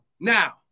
Now